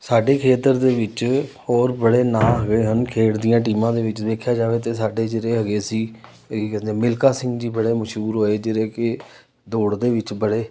ਸਾਡੇ ਖੇਤਰ ਦੇ ਵਿੱਚ ਹੋਰ ਬੜੇ ਨਾਂ ਹੈਗੇ ਹਨ ਖੇਡ ਦੀਆਂ ਟੀਮਾਂ ਦੇ ਵਿੱਚ ਦੇਖਿਆ ਜਾਵੇ ਤਾਂ ਸਾਡੇ ਜਿਹੜੇ ਹੈਗੇ ਸੀ ਕੀ ਕਹਿੰਦੇ ਮਿਲਖਾ ਸਿੰਘ ਜੀ ਬੜੇ ਮਸ਼ਹੂਰ ਹੋਏ ਜਿਹੜੇ ਕਿ ਦੌੜ ਦੇ ਵਿੱਚ ਬਣੇ